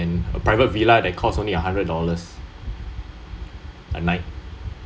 and a private villa that cost only a hundred dollars a night